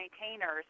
maintainers